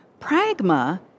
Pragma